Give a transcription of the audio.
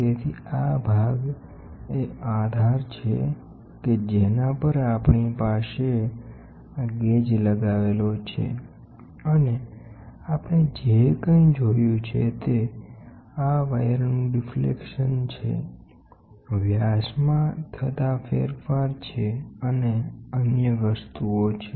તેથી આ ભાગ એ આધાર છે કે જેના પર આપણી પાસે આ ગેજ લગાવેલો છેઅને આપણે જે કંઇ જોયું છે તે આ વાયરનું ડિફ્લેક્શન છે વ્યાસમાં વ્યાસ ફેરફાર છે અને અન્ય વસ્તુઓ છે